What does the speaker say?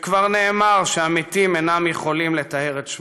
שכבר נאמר שהמתים אינם יכולים לטהר את שמם.